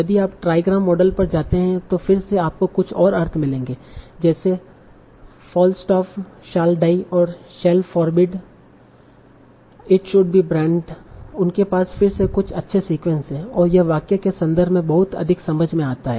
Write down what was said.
यदि आप trigram model पर जाते हैं तो फिर से आपको कुछ और अर्थ मिलेंगे जैसे फालस्टाफ शाल डाई और shall forbid it should be brand shell forbid it should be brand उनके पास फिर से कुछ अच्छे सीक्वेंस हैं और यह वाक्य के संदर्भ में बहुत अधिक समझ में आता है